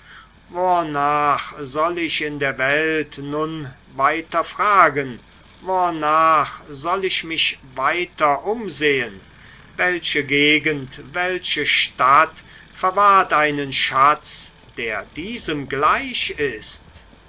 wornach soll ich in der welt nun weiter fragen wornach soll ich mich weiter umsehen welche gegend welche stadt verwahrt einen schatz der diesem gleich ist